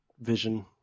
vision